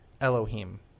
Elohim